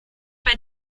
bei